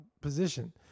position